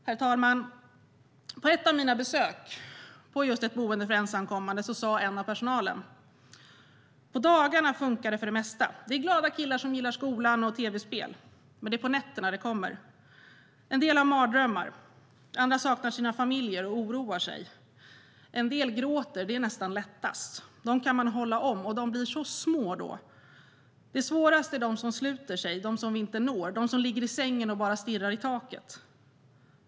Herr talman! Vid ett av mina besök på ett boende för ensamkommande sa en i personalen: På dagarna funkar det för det mesta. Det är glada killar som gillar skolan och tv-spel. Det är på nätterna det kommer. En del har mardrömmar. Andra saknar sina familjer och oroar sig. En del gråter. Det är nästan lättast. Dem kan man hålla om, och de blir så små då. De svåraste är de som sluter sig, de som vi inte når, de som ligger i sängen och bara stirrar i taket.